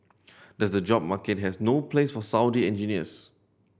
does the job market has no place for Saudi engineers